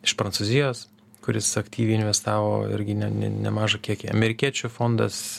iš prancūzijos kuris aktyviai investavo irgi ne ne nemažą kiekį amerikiečių fondas